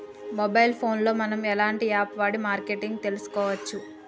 Mobile phone లో మనం ఎలాంటి యాప్ వాడి మార్కెటింగ్ తెలుసుకోవచ్చు?